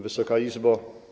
Wysoka Izbo!